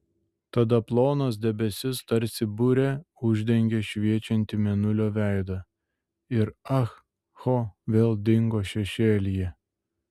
tada plonas debesis tarsi bure uždengė šviečiantį mėnulio veidą ir ah ho vėl dingo šešėlyje